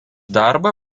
darbą